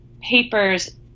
papers